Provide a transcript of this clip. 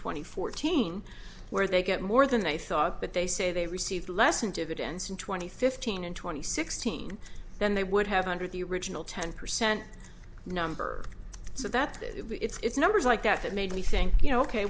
and fourteen where they get more than they thought but they say they received less in dividends and twenty fifteen and twenty sixteen then they would have hundred the original ten percent number so that it's numbers like that that made me think